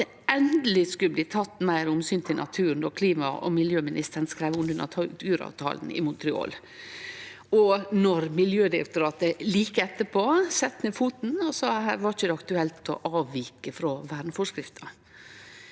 at det endeleg skulle bli teke meir omsyn til naturen, då klima- og miljøministeren skreiv under naturavtalen i Montreal og Miljødirektoratet like etter sette ned foten og sa nei til å avvike frå verneforskrifta